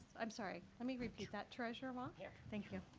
i'm sorry. let me repeat that treasurer ma here. thank you.